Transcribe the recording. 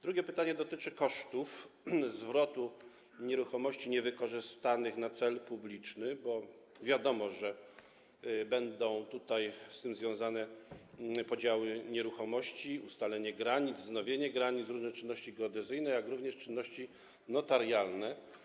Drugie pytanie dotyczy kosztów zwrotu nieruchomości niewykorzystanych na cel publiczny, bo wiadomo, że będą z tym związane podziały nieruchomości, ustalenie i wznowienie granic, różne czynności geodezyjne oraz czynności notarialne.